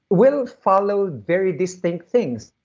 will follow very distinct things.